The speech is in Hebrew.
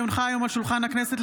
כי הונחו היום על שולחן הכנסת,